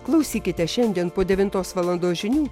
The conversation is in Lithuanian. klausykite šiandien po devintos valandos žinių